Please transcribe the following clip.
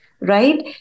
right